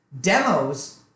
demos